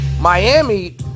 Miami